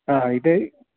ആ ഇത്